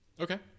okay